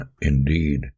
indeed